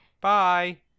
Bye